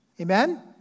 Amen